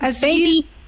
Baby